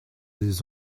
des